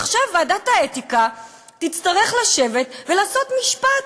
עכשיו ועדת האתיקה תצטרך לשבת ולעשות משפט: